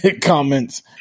Comments